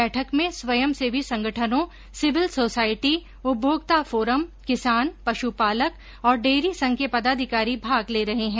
बैठक में स्वयंसेवी संगठनों सिविल सोसायटी उपभोक्ता फोरम किसान पश्पालक और डेयरी संघ के पदाधिकारी भाग ले रहे है